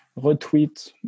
retweet